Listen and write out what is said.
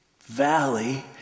valley